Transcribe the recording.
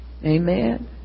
Amen